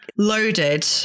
loaded